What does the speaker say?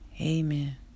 amen